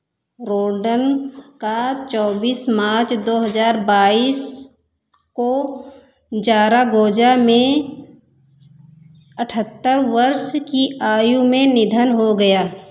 रोल्डन का चौबीस मार्च दो हजार बाईस को जारागोजा में अठहत्तर वर्ष की आयु में निधन हो गया